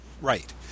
right